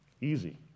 Easy